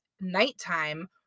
nighttime